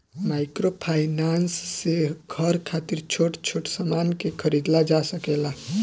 microfinance से घर खातिर छोट छोट सामान के खरीदल जा सकेला